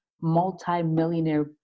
multi-millionaire